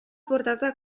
portata